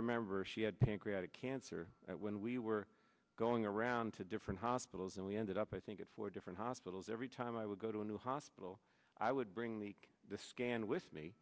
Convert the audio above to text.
remember she had pancreatic cancer when we were going around to different hospitals and we ended up i think it four different hospitals every time i would go to a new hospital i would bring the scan with me